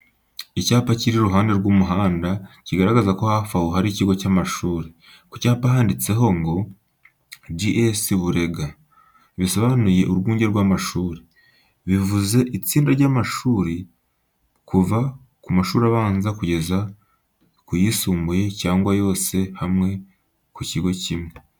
Icyapa kiri iruhande rw'umuhanda kigaragaza ko hafi aho hari ikigo cy'amashuri. Ku cyapa handitseho ngo "G.S Burega," bisobanuye urwunjye rw'amashuri. Bivuze itsinda ry’amashuri kuva ku mashuri abanza kugeza ku yisumbuye cyangwa yose hamwe mu kigo kimwe.